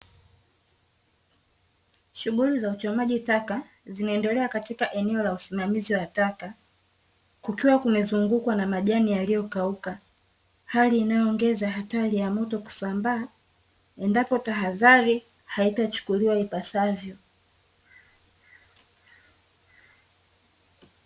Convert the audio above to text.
Shughuli za uchomaji taka zinaendelea katika eneo la usimamizi wa taka. Kukiwa kumezungukwa na majani yaliyokauka hali inayoongeza hatari ya moto kusambaa endapo tahadhari haitachukuliwa ipasavyo.